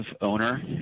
owner